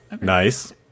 Nice